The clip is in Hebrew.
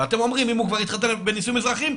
ואתם אומרים אם הוא כבר התחתן בנישואים אזרחיים,